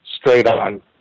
straight-on